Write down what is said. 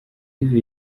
yves